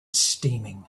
steaming